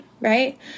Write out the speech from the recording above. Right